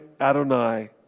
Adonai